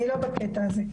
אני לא בקטע הזה,